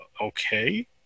Okay